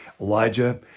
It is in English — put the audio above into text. Elijah